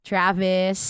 Travis